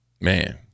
Man